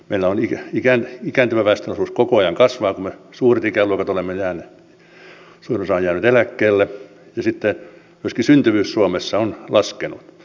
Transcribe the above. meillä on ikääntyvän väestön osuus koko ajan kasvanut kun meistä suurista ikäluokista suurin osa on jäänyt eläkkeelle ja sitten myöskin syntyvyys suomessa on laskenut